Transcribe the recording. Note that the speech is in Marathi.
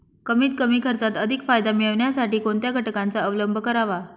कमीत कमी खर्चात अधिक फायदा मिळविण्यासाठी कोणत्या घटकांचा अवलंब करावा?